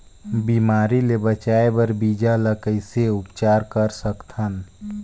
बिमारी ले बचाय बर बीजा ल कइसे उपचार कर सकत हन?